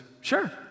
sure